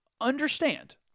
understand